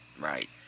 Right